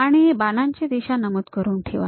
आणि बाणांची दिशा नमूद करून ठेवा